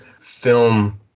film